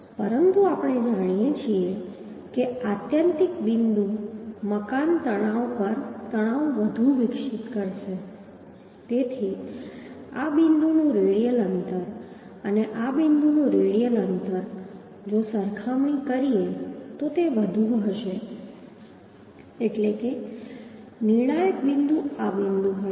પરંતુ આપણે જાણીએ છીએ કે આત્યંતિક બિંદુ મકાન તણાવ પર તણાવ વધુ વિકાસ કરશે તેથી આ બિંદુનું રેડિયલ અંતર અને આ બિંદુનું રેડિયલ અંતર જો સરખામણી કરીએ તો તે અહીં વધુ હશે એટલે કે નિર્ણાયક બિંદુ આ બિંદુ હશે